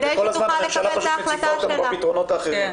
כל הזמן הממשלה מציפה אותנו בפתרונות האחרים.